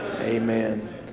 amen